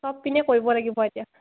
চবপিনে কৰিব লাগিব এতিয়া